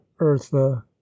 eartha